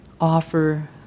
offer